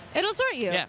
it will sort you. yeah